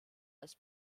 als